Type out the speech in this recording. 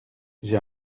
j’ai